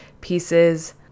pieces